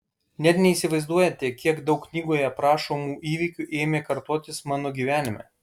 net neįsivaizduojate kiek daug knygoje aprašomų įvykių ėmė kartotis mano gyvenime